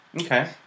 Okay